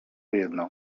jedno